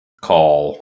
call